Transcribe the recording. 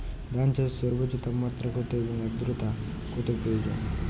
ধান চাষে সর্বোচ্চ তাপমাত্রা কত এবং আর্দ্রতা কত প্রয়োজন?